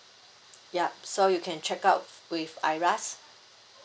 yup so you can check out with IRAS